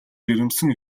жирэмсэн